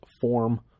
form